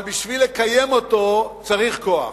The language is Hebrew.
אבל בשביל לקיים אותו צריך כוח.